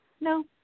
no